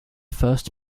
first